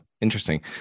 interesting